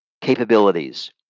capabilities